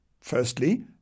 Firstly